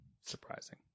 surprising